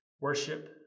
worship